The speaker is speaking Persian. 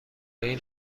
این